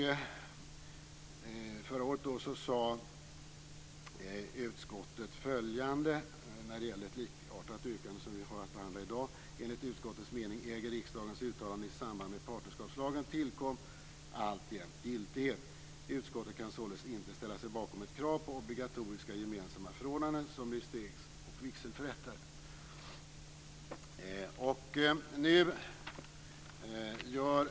Förra året skrev utskottet följande när det gäller ett likartat yrkande som det som vi har att behandla i dag: "Enligt utskottets mening äger riksdagens uttalanden i samband med partnerskapslagens tillkomst alltjämt giltighet. Utskottet kan således inte ställa sig bakom ett krav på obligatoriska gemensamma förordnanden som registrerings och vigselförrättare."